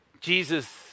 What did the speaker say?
Jesus